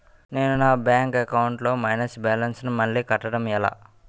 నేను నా bank account లొ మైనస్ బాలన్స్ ను మళ్ళీ కట్టడం ఎలా?